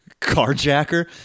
carjacker